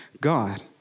God